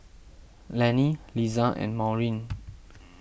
Laney Liza and Maureen